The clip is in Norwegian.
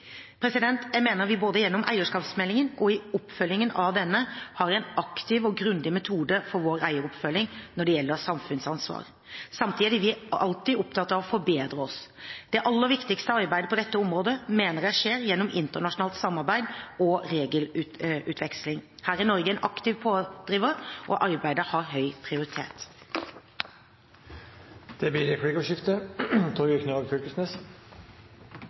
staten. Jeg mener vi både gjennom eierskapsmeldingen og i oppfølgingen av denne har en aktiv og grundig metode for vår eieroppfølging når det gjelder samfunnsansvar. Samtidig er vi alltid opptatt av å forbedre oss. Det aller viktigste arbeidet på dette området mener jeg skjer gjennom internasjonalt samarbeid og regelutveksling. Her er Norge en aktiv pådriver, og arbeidet har høy prioritet. Det blir replikkordskifte.